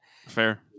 Fair